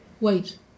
Wait